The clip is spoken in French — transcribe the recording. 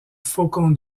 faucon